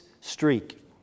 streak